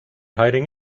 hiding